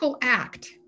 act